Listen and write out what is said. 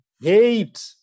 hate